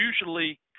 usually